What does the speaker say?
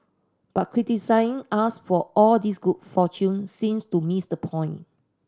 but criticising us for all this good fortune seems to miss the point